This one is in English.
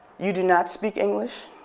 you do not speak english.